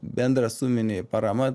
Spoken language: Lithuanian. bendra suminė parama